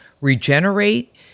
regenerate